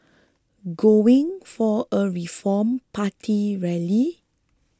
going for a Reform Party rally